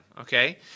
okay